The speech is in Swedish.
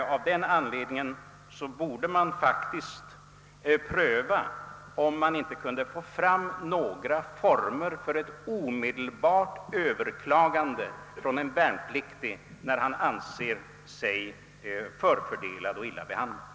Det är nödvändigt att pröva, om man inte kan åstadkomma former som möjliggör ett omedelbart överklagande från en värnpliktig, när han anser sig förfördelad och illa behandlad.